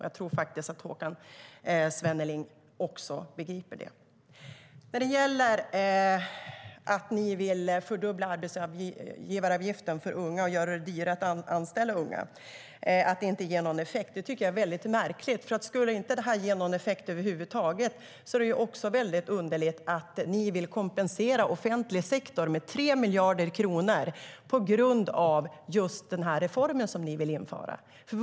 Jag tror faktiskt att Håkan Svenneling också begriper det. Ni vill fördubbla arbetsgivaravgiften för unga och göra det dyrare att anställa unga. Det är märkligt att hävda att det inte ger någon effekt. Om det inte ger effekt över huvud taget är det också underligt att ni vill kompensera offentlig sektor med 3 miljarder kronor på grund av den reform ni vill införa.